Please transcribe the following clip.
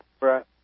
Right